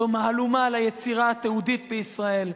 זו מהלומה ליצירה התיעודית בישראל.